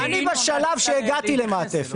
אני בשלב בו הגעתי למעטפת.